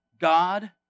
God